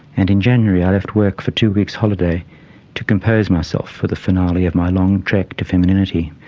and in january i left work for two weeks holiday to compose myself for the finale of my long trek to femininity.